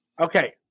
Okay